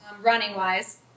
running-wise